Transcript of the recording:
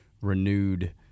renewed